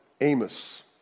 Amos